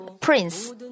prince